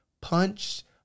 punched